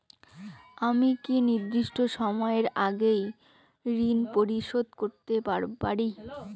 আমি কি নির্দিষ্ট সময়ের আগেই ঋন পরিশোধ করতে পারি?